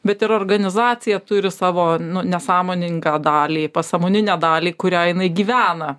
bet ir organizacija turi savo nesąmoningą dalį pasąmoninę dalį kuria jinai gyvena